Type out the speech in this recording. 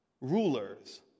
rulers